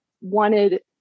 wanted